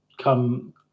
come